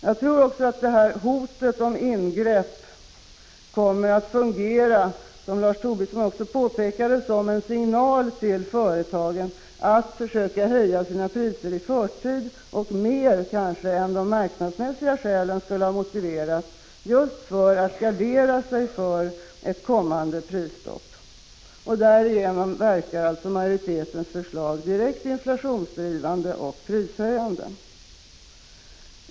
Jag tror också att hotet om ingrepp kommer att fungera, som Lars Tobisson också påpekade, som en signal till företagen att försöka höja sina priser i förtid, och kanske mer än de marknadsmässiga skälen skulle ha motiverat, just för att gardera sig mot ett kommande prisstopp. Därigenom verkar alltså majoritetens förslag direkt inflationsdrivande och prishöjande.